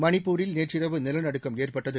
மணிப்பூரில் நேற்றிரவு நிலநடுக்கம் ஏற்பட்டது